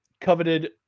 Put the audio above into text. coveted